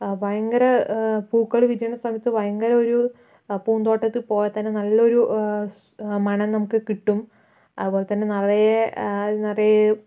ഭയങ്കര പൂക്കള് വിരിയുന്ന സമയത്ത് ഭയങ്കര ഒരു പൂന്തോട്ടത്തിൽ പോയാൽ തന്നെ നല്ലൊരു മണം നമുക്ക് കിട്ടും അതുപോലെതന്നെ നിറയെ അത് നിറയെ